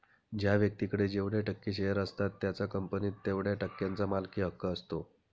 ज्या व्यक्तीकडे जेवढे टक्के शेअर असतात त्याचा कंपनीत तेवढया टक्क्यांचा मालकी हक्क असतो